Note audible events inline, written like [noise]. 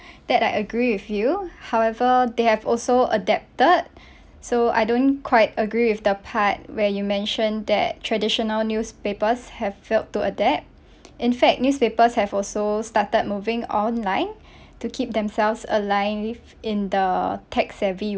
that I agree with you however they have also adapted so I don't quite agree with the part where you mention that traditional newspapers have failed to adapt [breath] in fact newspapers have also started moving online to keep themselves aligned with in the tech-savvy